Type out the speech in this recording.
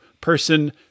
person